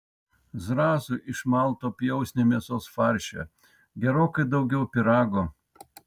zrazų iš malto pjausnio mėsos farše gerokai daugiau pyrago